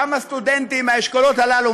כמה סטודנטים מהאשכולות הללו,